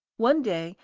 one day,